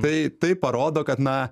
tai tai parodo kad na